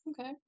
Okay